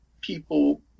people